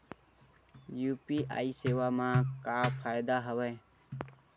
UPI सेवा मा का फ़ायदा हवे?